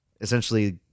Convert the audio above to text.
essentially